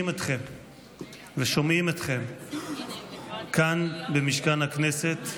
אתכם ושומעים אתכם כאן במשכן הכנסת,